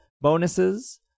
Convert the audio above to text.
bonuses